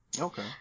Okay